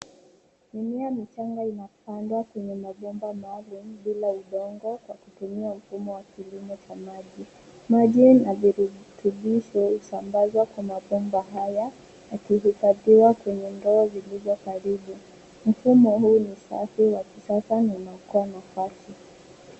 Mimea michanga imepandwa kwenye mabomba maalum bila udongo kwa kutumia mfumo wa kilimo cha maji na virutubisho husambazwa kwa mabomba haya na kuhifadhiwa kwenye ndoo zilizo karibu. Mfumo huu ni safi wa kisasa na unaokoa nafasi.